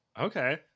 Okay